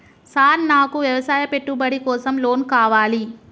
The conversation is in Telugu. సార్ నాకు వ్యవసాయ పెట్టుబడి కోసం లోన్ కావాలి?